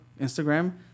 Instagram